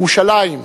ירושלים,